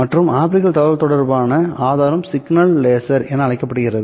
மற்றும் ஆப்டிகல் தகவல்தொடர்பு தொடர்பான ஆதாரம் சிக்னல் லேசர் என அழைக்கப்படுகிறது